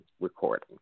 recording